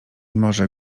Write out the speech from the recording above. morze